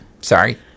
Sorry